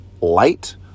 light